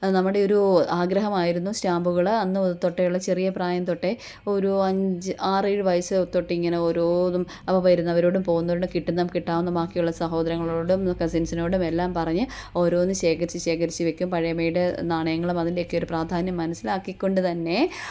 നമ്മുടെ ഒരു ആഗ്രഹമായിരുന്നു സ്റ്റാമ്പുകൾ അന്ന് തൊട്ടേയുള്ള ചെറിയ പ്രായം തൊട്ടേ ഒരു അഞ്ച് ആറേഴ് വയസ്സ് തൊട്ടേ ഇങ്ങനെ ഓരോന്നും അപ്പം വരുന്നവരോടും പോകുന്നവരോടും കിട്ടുന്നതും കിട്ടാവുന്ന ബാക്കിയുള്ള സഹോദരങ്ങളോടും കസിൻസിനോടും എല്ലാം പറഞ്ഞ് ഓരോന്ന് ശേഖരിച്ച് ശേഖരിച്ച് വെക്കും പഴമയുടെ നാണയങ്ങളും അതിൻ്റെയൊക്കെ ഒരു പ്രാധാന്യം മനസ്സിലാക്കിക്കൊണ്ട് തന്നെ